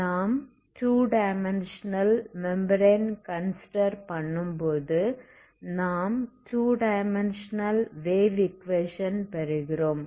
நாம் 2 dimensional membrane consider பண்ணும்போது நாம் 2 டைமென்ஷன்ஸனல் வேவ் ஈக்குவேஷன் பெறுகிறோம்